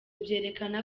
byerekana